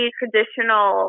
traditional